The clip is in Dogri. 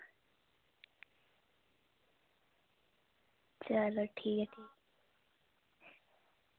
चलो ठीक ऐ